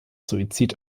suizid